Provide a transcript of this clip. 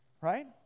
right